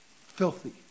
filthy